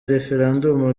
referandumu